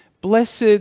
Blessed